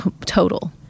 total